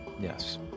Yes